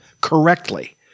correctly